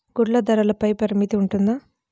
గుడ్లు ధరల పై పరిమితి ఉంటుందా?